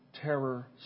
terror